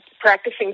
practicing